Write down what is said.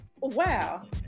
wow